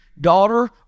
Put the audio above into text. daughter